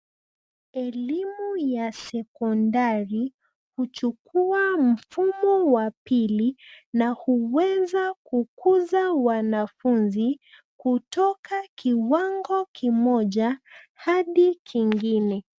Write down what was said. Elimu ya sekondari huchukua mfumo wa pili na huweza kukuza wanafunzi kutoka kiwango kimoja hadi kingine.